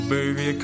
Baby